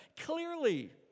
clearly